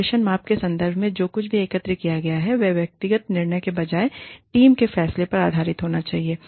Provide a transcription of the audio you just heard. प्रदर्शन माप के संदर्भ में जो कुछ भी एकत्र किया गया है वह व्यक्तिगत निर्णय के बजाय टीम के फैसले पर आधारित होना चाहिए